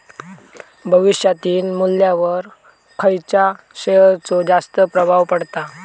भविष्यातील मुल्ल्यावर खयच्या शेयरचो जास्त प्रभाव पडता?